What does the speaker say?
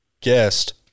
guest